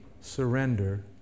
surrender